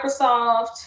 Microsoft